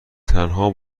تنها